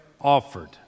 offered